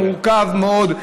מורכב מאוד,